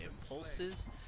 impulses